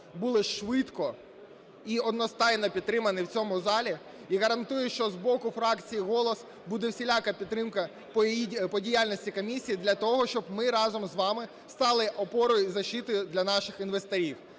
були швидко і одностайно підтриманий в цьому залі, і гарантує, що з боку фракції "Голос" буде всіляка підтримка по діяльності комісії для того, щоб ми разом з вами стали опорою і защитою для наших інвесторів.